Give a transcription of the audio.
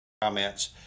Comments